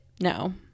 no